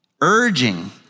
urging